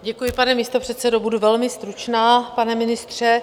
Děkuji, pane místopředsedo, budu velmi stručná, pane ministře.